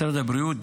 משרד הבריאות,